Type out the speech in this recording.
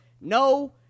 No